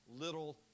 little